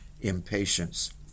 impatience